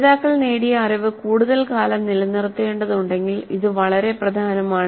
പഠിതാക്കൾ നേടിയ അറിവ് കൂടുതൽ കാലം നിലനിർത്തേണ്ടതുണ്ടെങ്കിൽ ഇത് വളരെ പ്രധാനമാണ്